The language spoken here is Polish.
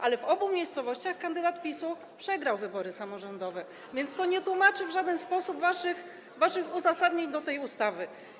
Ale w obu miejscowościach kandydat PiS-u przegrał wybory samorządowe, więc to nie tłumaczy w żaden sposób waszych uzasadnień tej ustawy.